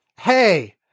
Hey